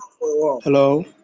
Hello